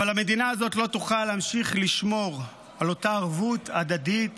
אבל המדינה הזאת לא תוכל להמשיך לשמור על אותה ערבות הדדית